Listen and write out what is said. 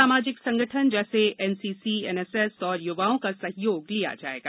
सामाजिक संगठन जैसे एनसीसी एनएसएस और य्वाओं का सहयोग लिया जाएगा